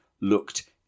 looked